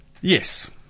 Yes